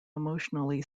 emotionally